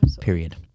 period